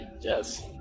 yes